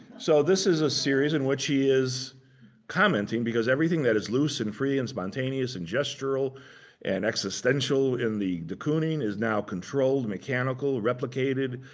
so this is a series in which he is commenting, because everything that is loose and free and spontaneous and gestural and existential in the de kooning, is now controlled, mechanical, replicated,